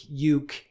Yuke